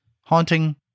Haunting